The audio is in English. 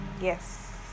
yes